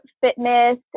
fitness